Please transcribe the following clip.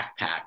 backpacks